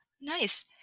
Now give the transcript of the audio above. Nice